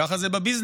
ככה זה בביזנס.